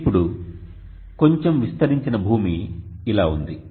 ఇప్పుడు కొంచెం విస్తరించిన భూమి ఇలా ఉంది